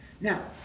Now